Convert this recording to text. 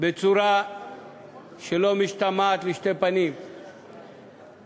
בצורה שלא משתמעת לשתי פנים,